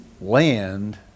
land